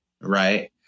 right